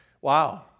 wow